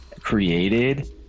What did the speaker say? created